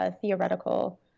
theoretical